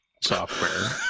software